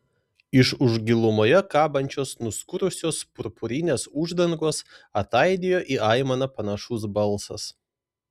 iš už gilumoje kabančios nuskurusios purpurinės uždangos ataidėjo į aimaną panašus balsas